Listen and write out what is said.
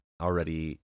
already